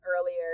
earlier